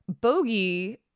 Bogey